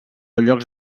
llocs